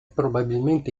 probabilmente